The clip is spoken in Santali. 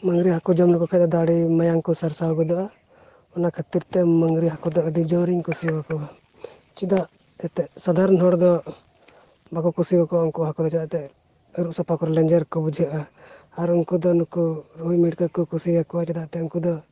ᱢᱟᱺᱜᱽᱨᱤ ᱦᱟᱹᱠᱩ ᱡᱚᱢ ᱞᱮᱠᱚᱠᱷᱟᱱ ᱫᱚ ᱫᱟᱲᱮ ᱟᱨ ᱢᱟᱭᱟᱢ ᱠᱚ ᱥᱟᱨᱥᱟᱣ ᱜᱚᱫᱚᱜᱼᱟ ᱚᱱᱟ ᱠᱷᱟᱹᱛᱤᱨᱼᱛᱮ ᱢᱟᱺᱜᱽᱨᱤ ᱦᱟᱹᱠᱩ ᱫᱚ ᱟᱹᱰᱤ ᱡᱳᱨᱤᱧ ᱠᱩᱥᱤᱭᱟᱠᱚᱣᱟ ᱪᱮᱫᱟᱜ ᱮᱱᱛᱮᱫ ᱥᱟᱫᱷᱟᱨᱚᱱ ᱦᱚᱲ ᱫᱚ ᱵᱟᱠᱚ ᱠᱩᱥᱤ ᱟᱠᱚᱣᱟ ᱩᱱᱠᱩ ᱦᱟᱹᱠᱩ ᱪᱮᱫᱟᱜ ᱥᱮ ᱟᱹᱨᱩᱵ ᱥᱟᱯᱷᱟ ᱠᱚ ᱞᱮᱸᱡᱮᱨ ᱠᱚ ᱵᱩᱡᱷᱟᱹᱜᱼᱟ ᱟᱨ ᱩᱱᱠᱩ ᱫᱚ ᱱᱩᱠᱩ ᱠᱩᱥᱤᱭᱟᱠᱚ ᱪᱮᱫᱟᱜ ᱥᱮ ᱩᱱᱠᱩ ᱫᱚ